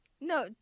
No